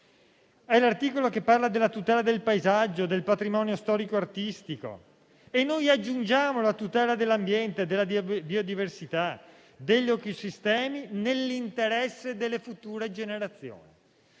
È l'articolo che parla della tutela del paesaggio, del patrimonio storico e artistico. E noi aggiungiamo la tutela dell'ambiente, della biodiversità, degli ecosistemi nell'interesse delle future generazioni.